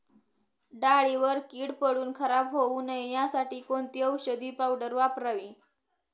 डाळीवर कीड पडून खराब होऊ नये यासाठी कोणती औषधी पावडर वापरावी?